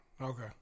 Okay